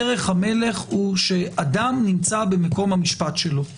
דרך המלך היא שאדם נמצא במקום המשפטי שלו,